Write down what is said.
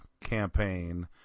Campaign